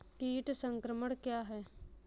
कीट संक्रमण क्या है?